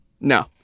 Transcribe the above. No